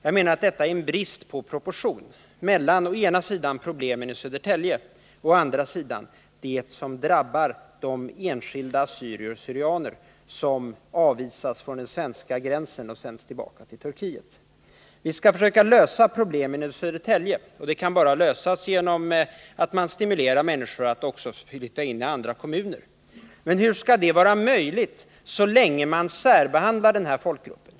Jag anser att det är en brist på proportion mellan å ena sidan problemen i Södertälje och å andra sidan det som drabbar de enskilda assyrier och syrianer som avvisas från den svenska gränsen och sänds tillbaka till Turkiet. Vi skall försöka lösa problemen i Södertälje. De kan lösas bara genom att man stimulerar människor att flytta in också i andra kommuner. Men hur skall det vara möjligt så länge man särbehandlar denna folkgrupp?